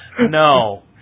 No